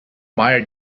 mire